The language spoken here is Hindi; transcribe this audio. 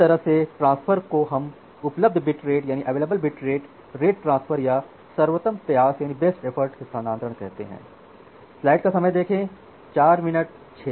इस तरह के ट्रांसफर को हम उपलब्ध बिट रेट ट्रांसफर या सर्वोत्तम प्रयास बेस्ट एफर्ट हस्तांतरण कहते हैं